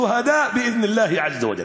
שהידים, אם ירצה האל יתגדל ויתעלה.)